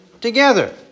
together